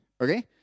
okay